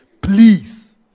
Please